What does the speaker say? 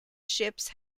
ships